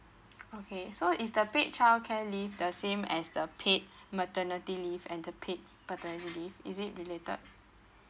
okay so is the paid childcare leave the same as the paid maternity leave and the paid paternity leave is it related